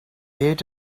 ate